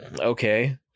okay